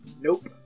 Nope